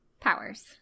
powers